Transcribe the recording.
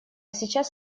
сейчас